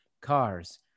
cars